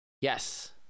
Yes